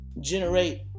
generate